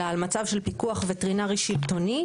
אלא על מצב של פיקוח וטרינרי שלטוני,